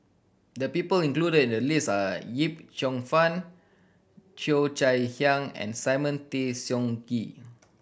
the people included in the list are Yip Cheong Fun Cheo Chai Hiang and Simon Tay Seong Gee